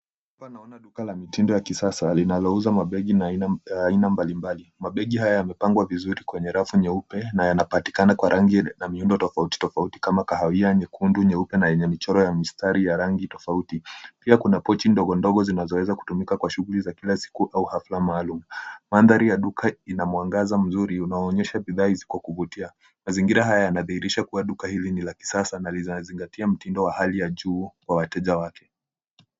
Hapa naona duka la mitindo ya kisasa linalouza mabegi na aina mbalimbali. Mabegi haya yamepangwa vizuri kwenye rafu nyeupe na yanapatikana kwa rangi na miundo tofauti tofauti kama kahawia, nyekundu, nyeupe na yenye michoro ya mistari ya rangi tofauti. Pia kuna pochi ndogo ndogo zinazoweza kutumika kwa shughuli za kila siku au hafla maalum. Mandhari ya duka ina mwangaza mzuri unaoonyesha bidhaa viziko kwa kuvutia. Mazingira haya yanadhihirisha kuwa duka hili ni la kisasa na linazingatia mtindo wa hali ya juu kwa wateja wake.